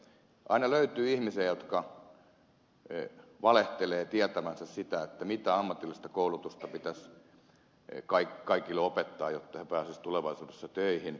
aina löytyy ihmisiä jotka valehtelevat tietävänsä sen mitä ammatillista koulutusta pitäisi kaikille opettaa jotta he pääsisivät tulevaisuudessa töihin